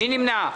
מי נמנע?